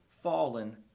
fallen